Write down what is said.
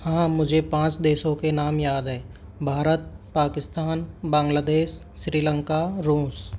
हाँ मुझे पाँच देशों के नाम याद हैं भारत पाकिस्तान बांग्लादेश श्रीलंका रूस